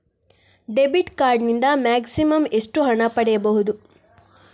Debit card ನಿಂದ maximum ಎಷ್ಟು ಹಣ ಪಡೆಯಬಹುದು?